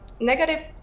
Negative